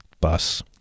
bus